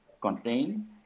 contain